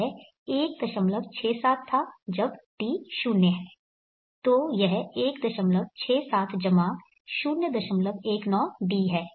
यह 167 था जब d 0 है तो यह 167 019d है